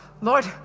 Lord